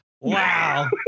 Wow